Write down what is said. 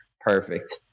perfect